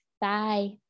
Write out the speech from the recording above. Bye